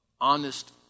honest